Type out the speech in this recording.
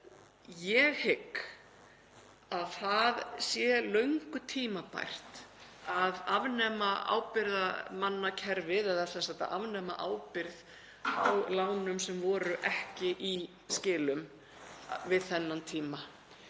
ég hygg að það sé löngu tímabært að afnema ábyrgðarmannakerfið eða sem sagt afnema ábyrgð á lánum sem voru ekki í skilum við þennan tíma.